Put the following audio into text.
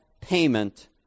payment